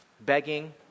begging